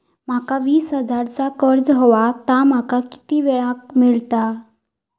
माका वीस हजार चा कर्ज हव्या ता माका किती वेळा क मिळात?